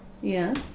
Yes